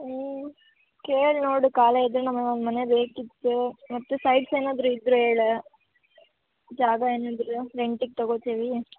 ಹ್ಞೂ ಕೇಳಿ ನೋಡು ಖಾಲಿ ಇದ್ದರೆ ನಮಗೆ ಒಂದು ಮನೆ ಬೇಕಿತ್ತು ಮತ್ತೆ ಸೈಟ್ಸ್ ಏನಾದ್ರೂ ಇದ್ರೆ ಹೇಳ ಜಾಗ ಏನು ಇದ್ರೆ ರೆಂಟಿಗೆ ತೊಗೋತೀವಿ